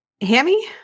Hammy